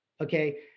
Okay